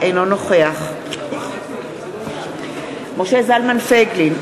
אינו נוכח משה זלמן פייגלין,